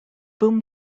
boom